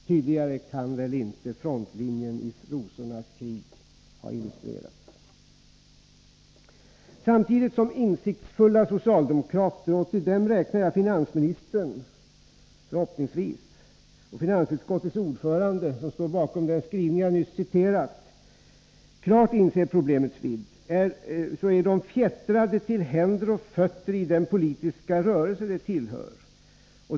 Tydligare än så kan väl inte frontlinjen i ”rosornas krig” ha illustrerats. Samtidigt som insiktsfulla socialdemokrater — och till dem räknar jag finansministern, förhoppningsvis, och finansutskottets ordförande, som stod bakom den skrivning jag nyss citerade — klart inser problemets vidd är de fjättrade till händer och fötter i den politiska rörelse de tillhör.